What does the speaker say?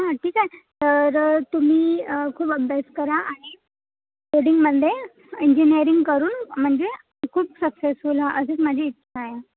हं ठीक आहे तर तुम्ही खूप अभ्यास करा आणि कोडिंगमध्ये इंजिनीयरिंग करून म्हणजे खूप सक्सेसफुल व्हा अशीच माझी इच्छा आहे